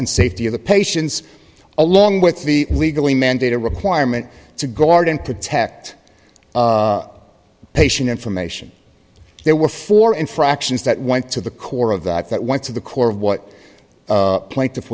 and safety of the patients along with the legally mandated requirement to guard and protect patient information there were four infractions that went to the core of that that went to the core of what plaintiff